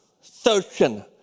searching